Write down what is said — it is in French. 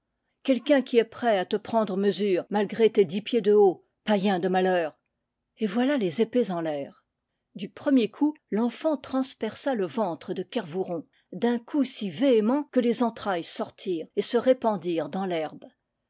quelqu'un qui est prêt à te prendre mesure malgré tes dix pieds de haut païen de malheur et voilà les épées en l'air du premier coup l'enfant transperça le ventre de kervouron d'un coup si véhément que les entrailles sortirent et se répandirent dans